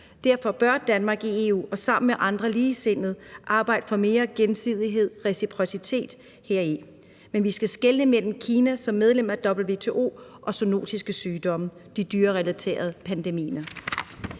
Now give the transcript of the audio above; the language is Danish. Derfor bør Danmark i EU og sammen med andre ligesindede arbejde for mere gensidighed og reciprocitet heri, men vi skal skelne mellem Kina som medlem af WTO og zoonotiske sygdomme, de dyrerelaterede pandemier.